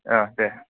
औ दे